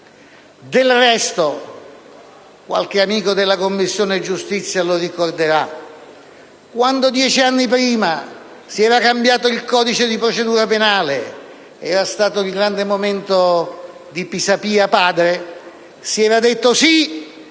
Del resto - qualche amico della Commissione giustizia lo ricorderà - quando dieci anni prima si era modificato il codice di procedura penale (era stato un grande momento di Pisapia padre), si era detto: sì, questo